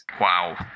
wow